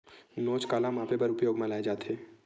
नोच काला मापे बर उपयोग म लाये जाथे?